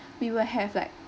we will have like